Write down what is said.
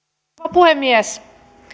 puhemies